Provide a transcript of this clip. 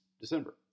December